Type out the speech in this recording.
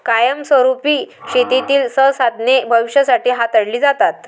कायमस्वरुपी शेतीतील संसाधने भविष्यासाठी हाताळली जातात